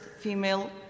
female